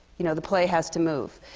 you know, the play has to move.